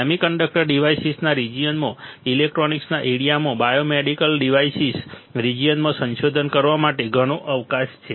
semiconductor ડિવાઇસીસના રિજિયનમાં ઇલેક્ટ્રોનિક્સના એરિયામાં બાયોમેડિકલ ડિવાઇસીસના રિજિયનમાં સંશોધન કરવા માટે ઘણો અવકાશ છે